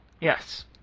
Yes